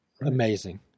Amazing